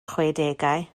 chwedegau